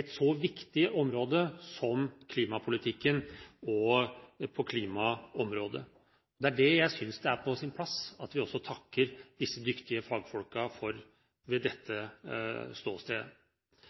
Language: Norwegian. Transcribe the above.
et så viktig område som klimapolitikken. Det er det jeg synes det er på sin plass at vi også takker disse dyktige fagfolkene for ved dette